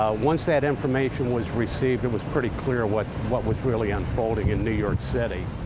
once that information was received, it was pretty clear what what was really unfolding in new york city.